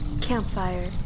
Campfire